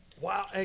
Wow